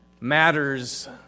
matters